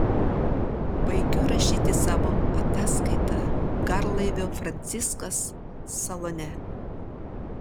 baigiu rašyti savo ataskaitą garlaivio franciskas salone